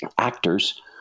actors